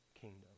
kingdom